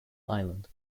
island